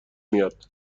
میاد